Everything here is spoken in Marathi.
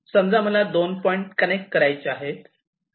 समजा मला दोन पॉईंट कनेक्ट करायचे आहेत